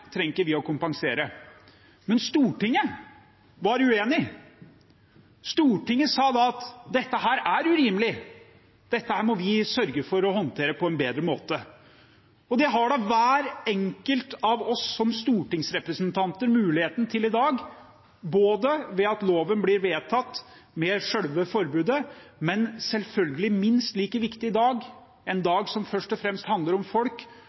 vi ikke å kompensere, men Stortinget var uenig. Stortinget sa da at dette er urimelig, dette må vi sørge for å håndtere på en bedre måte. Og det har hver enkelt av oss som stortingsrepresentanter muligheten til i dag, både ved at loven blir vedtatt med selve forbudet, og – som selvfølgelig er minst like viktig i dag, en dag som først og fremst handler om folk